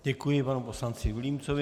Děkuji panu poslanci Vilímcovi.